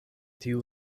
tiu